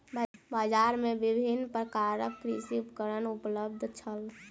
बजार में विभिन्न प्रकारक कृषि उपकरण उपलब्ध छल